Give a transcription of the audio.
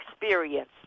experience